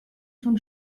schon